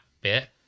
bit